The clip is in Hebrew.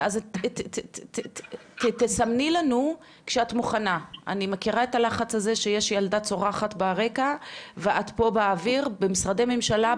שאומרים לי יש לך עובדת זרה או עובד זר,